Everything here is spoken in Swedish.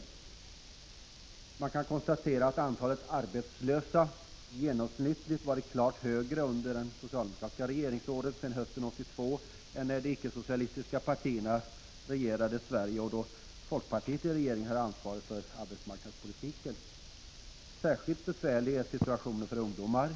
59 Man kan konstatera att antalet arbetslösa genomsnittligt har varit klart de icke-socialistiska partierna regerade Sverige och då folkpartiet i regeringsställning hade ansvaret för arbetsmarknadspolitiken. Särskilt besvärlig är situationen för ungdomar,